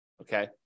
okay